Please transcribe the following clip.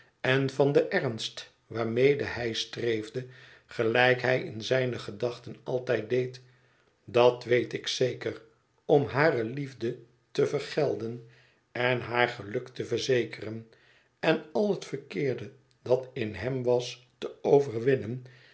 en van den ernst waarmede hij streefde gelijk hij in zijne gedachten altijd deed dat weet ik zeker om hare liefde te vergelden en haar geluk te verzekeren en al het verkeerde dat in hem was te overwinnen